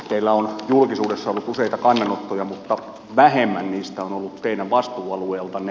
teillä on julkisuudessa ollut useita kannanottoja mutta vähemmän niistä on ollut teidän vastuualueeltanne